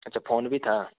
अच्छा फ़ोन भी था